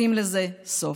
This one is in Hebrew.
שים לזה סוף.